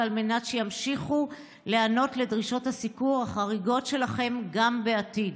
ועל מנת שימשיכו להיענות לדרישות הסיקור החריגות שלכם גם בעתיד."